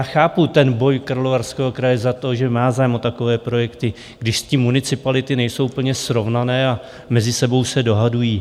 Chápu boj Karlovarského kraje za to, že má zájem o takové projekty, když municipality nejsou úplně srovnané a mezi sebou se dohadují.